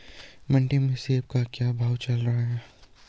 मंडी में सेब का क्या भाव चल रहा है?